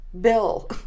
Bill